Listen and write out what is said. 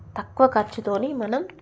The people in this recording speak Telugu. తక్కువ ఖర్చుతో మనం